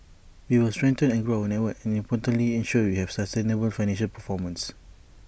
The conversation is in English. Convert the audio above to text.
we will strengthen and grow our network and importantly ensure we have A sustainable financial performance